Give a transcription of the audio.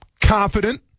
confident